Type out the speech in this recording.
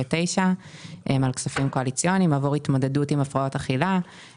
289 - אלה כספים קואליציוניים - עבור התמודדות עם הפרעות אכילה,